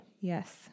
Yes